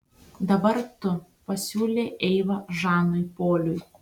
dabar tu pasiūlė eiva žanui poliui